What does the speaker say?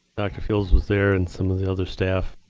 dr. field was there and some of the other staff.